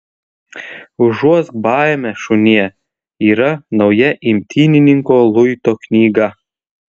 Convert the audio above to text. užuosk baimę šunie yra nauja imtynininko luito knyga